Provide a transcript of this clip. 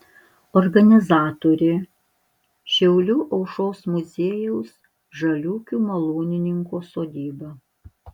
organizatorė šiaulių aušros muziejaus žaliūkių malūnininko sodyba